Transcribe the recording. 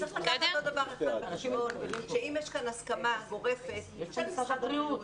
אם יש כאן הסכמה גורפת של משרד הבריאות,